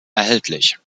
erhältlich